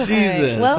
Jesus